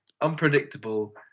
unpredictable